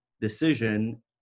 decision